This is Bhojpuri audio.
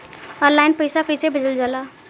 ऑनलाइन पैसा कैसे भेजल जाला?